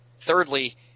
thirdly